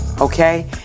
okay